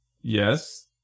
yes